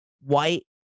white